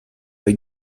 avec